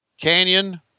Canyon